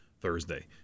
Thursday